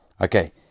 Okay